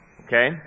Okay